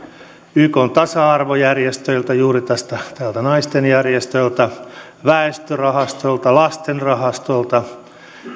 ykn tasa arvojärjestöltä juuri tältä naisten järjestöltä väestörahastolta lastenrahastolta